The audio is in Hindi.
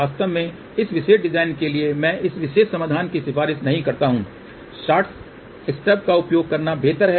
वास्तव में इस विशेष डिजाइन के लिए मैं इस विशेष समाधान की सिफारिश नहीं करता हूं शॉर्ट स्टब का उपयोग करना बेहतर है